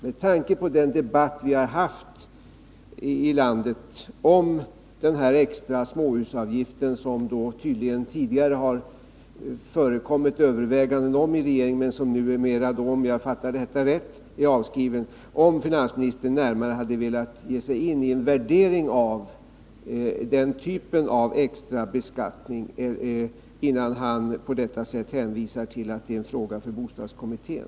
Med tanke på den debatt vi har haft i landet om en extra småhusavgift — som det tidigare förekommit överväganden om inom regeringen, men som numera tydligen är avskriven — vill jag gärna tillägga att det hade varit välgörande om finansministern velat gå in på frågan om en värdering av den typen av extra beskattning, innan han på det sätt som skett hänvisade till att det är en fråga för bostadskommittén.